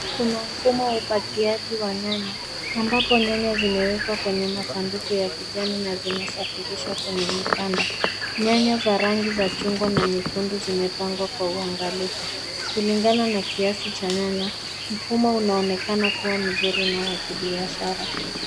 Kuna mfumo wa upakiaji wa nyanya ambapo nyanya zimewekwa kwenye masanduku ya kijani na zinasafirishwa kwenye mikanda. Nyanya za rangi za chungwa na nyekundu zimepangwa kwa uangalifu. Kulingana na kiasi cha nyanya, mfumo unaonekana kuwa mzuri na wa kibiashara.